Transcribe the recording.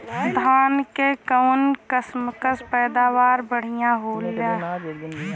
धान क कऊन कसमक पैदावार बढ़िया होले?